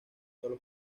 sólo